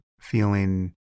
feeling